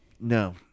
No